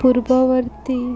ପୂର୍ବବର୍ତ୍ତୀ